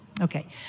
Okay